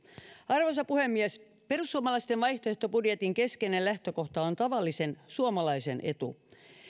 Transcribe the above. arvoisa puhemies perussuomalaisten vaihtoehtobudjetin keskeinen lähtökohta on tavallisen suomalaisen etu